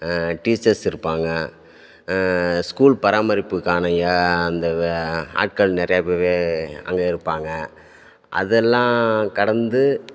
teachers இருப்பாங்க school பராமரிப்புக்கானய அந்த ஆட்கள் நிறையா பேர் அங்கே இருப்பாங்க அதெல்லாம் கடந்து